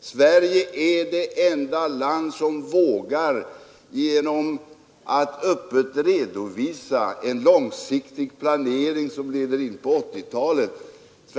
Sverige är det enda land som — genom att öppet redovisa en långsiktig planering in på 1980-talet —